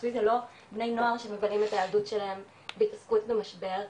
הרצוי זה לא בני נוער שמבלים את הילדות שלהם בהתעסקות במשבר,